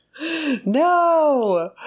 No